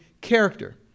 character